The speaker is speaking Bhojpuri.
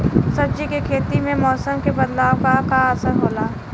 सब्जी के खेती में मौसम के बदलाव क का असर होला?